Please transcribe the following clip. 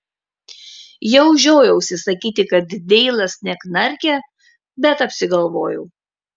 jau žiojausi sakyti kad deilas neknarkia bet apsigalvojau